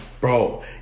Bro